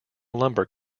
lumber